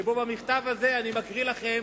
שבו, במכתב הזה, אני מקריא לכם